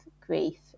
grief